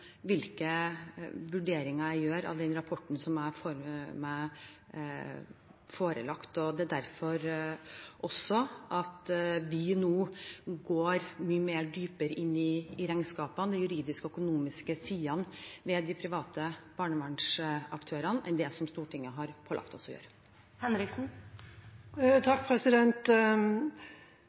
hvilke vurderinger jeg gjør av den rapporten jeg får meg forelagt. Det er derfor vi nå går mye dypere inn i regnskapene, i de juridiske og økonomiske sidene ved de private barnevernsaktørene, enn det Stortinget har pålagt oss å